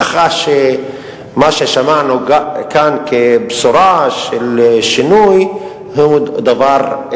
ככה שמה ששמענו כאן כבשורה של שינוי הוא דבר,